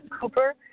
Cooper